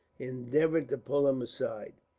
endeavoured to pull him aside.